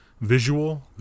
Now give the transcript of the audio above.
visual